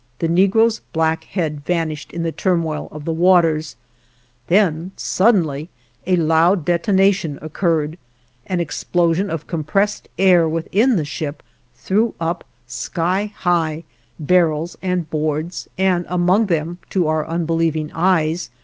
the negro's black head vanished in the turmoil of the waters then suddenly a loud detonation occurred an explosion of compressed air within the ship threw up, sky-high, barrels and boards, and among them, to our unbelieving eyes,